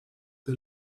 the